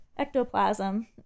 ectoplasm